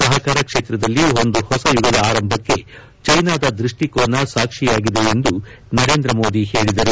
ಸಹಕಾರ ಕ್ಷೇತ್ರದಲ್ಲಿ ಒಂದು ಹೊಸ ಯುಗದ ಆರಂಭಕ್ಕೆ ಚೈನಾದ ದೃಷ್ಟಿಕೋನ ಸಾಕ್ಷಿಯಾಗಿದೆ ಎಂದು ನರೇಂದ್ರ ಮೋದಿ ಹೇಳಿದರು